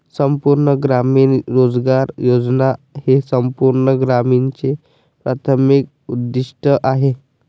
संपूर्ण ग्रामीण रोजगार योजना हे संपूर्ण ग्रामीणचे प्राथमिक उद्दीष्ट आहे